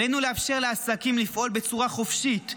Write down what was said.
עלינו לאפשר לעסקים לפעול בצורה חופשית,